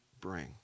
bring